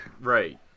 right